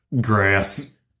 grass